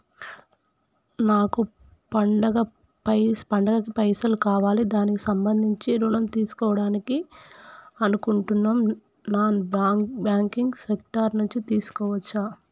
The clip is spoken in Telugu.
నాకు పండగ కి పైసలు కావాలి దానికి సంబంధించి ఋణం తీసుకోవాలని అనుకుంటున్నం నాన్ బ్యాంకింగ్ సెక్టార్ నుంచి తీసుకోవచ్చా?